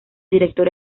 director